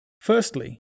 Firstly